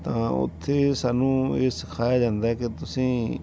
ਤਾਂ ਉੱਥੇ ਸਾਨੂੰ ਇਹ ਸਿਖਾਇਆ ਜਾਂਦਾ ਕਿ ਤੁਸੀਂ